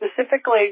specifically